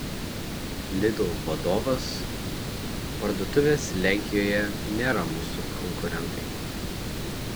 lidl vadovas parduotuvės lenkijoje nėra mūsų konkurentai